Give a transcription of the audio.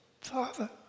Father